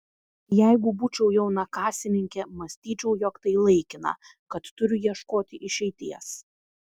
jeigu būčiau jauna kasininkė mąstyčiau jog tai laikina kad turiu ieškoti išeities